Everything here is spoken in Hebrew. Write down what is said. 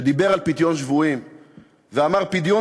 הוא דיבר על פדיון שבויים ואמר: "פדיון